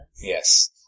Yes